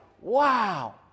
wow